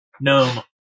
Gnome